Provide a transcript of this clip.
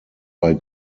bei